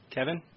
Kevin